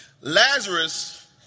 Lazarus